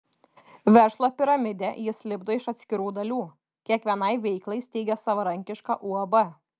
verslo piramidę jis lipdo iš atskirų dalių kiekvienai veiklai steigia savarankišką uab